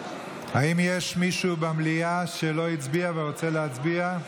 יש מישהו במליאה שלא הצביע ורוצה להצביע?